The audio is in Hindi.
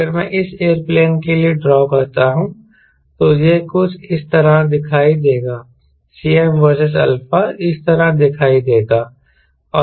अगर मैं इस एयरप्लेन के लिए ड्रॉ करता हूं तो यह कुछ इस तरह दिखाई देगा Cm वर्सेस α इस तरह दिखाई देगा